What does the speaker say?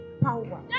power